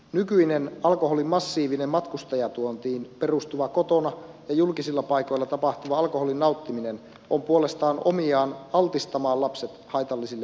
nykyinen massiivinen matkustajatuontiin perustuva kotona ja julkisilla paikoilla tapahtuva alkoholin nauttiminen on puolestaan omiaan altistamaan lapset haitallisille vaikutuksille